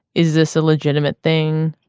is this a legitimate thing